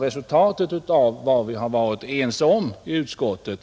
resultatet av vad vi har varit ense om i utskottet.